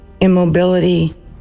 immobility